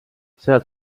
sealt